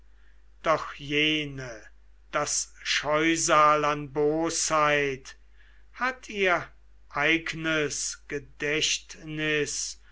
doch jene das scheusal an bosheit hat ihr eignes gedächtnis